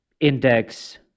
index